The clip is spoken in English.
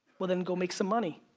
well then go make some money.